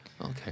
Okay